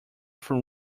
from